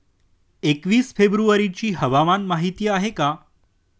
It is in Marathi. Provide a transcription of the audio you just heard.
एकवीस फेब्रुवारीची हवामान माहिती आहे का?